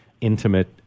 intimate